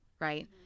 Right